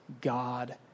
God